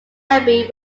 abbey